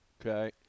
okay